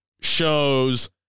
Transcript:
shows